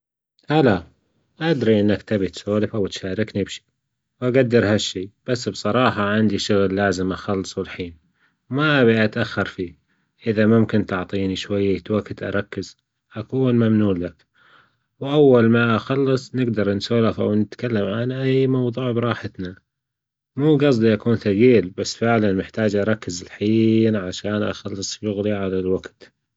هلا أدري إنك تبي تسولف أو تشاركني بشيء وأجدر هالشي، بس بصراحة عندي شغل لازم أخلصه الحين ما أبي اتأخر فيه، إذا ممكن تعطيني شوية وجت أركز أكون ممنون لك، وأول ما أخلص نجدر نسولف أو نتكلم عن أي موضوع براحتنا مو جصدي يكون تجيل بس فعلا محتاج أركز الحين عشان أخلص شغلي على الوجت.